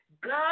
God